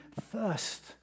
thirst